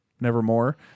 Nevermore